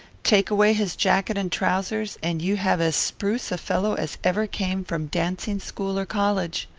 take away his jacket and trousers, and you have as spruce a fellow as ever came from dancing-school or college.